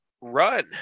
Run